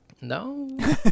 No